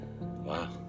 Wow